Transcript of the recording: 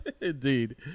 indeed